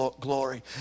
glory